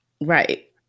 Right